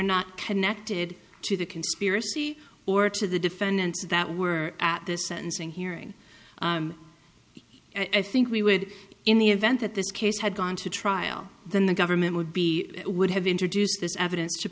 not connected to the conspiracy or to the defendants that were at this sentencing hearing i think we would in the event that this case had gone to trial then the government would be would have introduced this evidence to